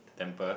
temper